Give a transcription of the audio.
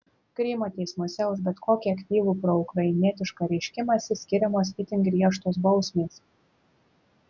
krymo teismuose už bet kokį aktyvų proukrainietišką reiškimąsi skiriamos itin griežtos bausmės